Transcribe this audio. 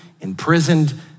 imprisoned